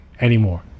anymore